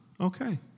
okay